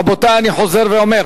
רבותי, אני חוזר ואומר: